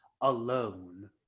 alone